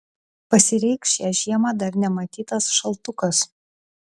pasireikš šią žiemą dar nematytas šaltukas